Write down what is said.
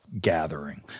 gathering